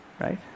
Right